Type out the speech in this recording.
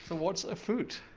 what's afoot,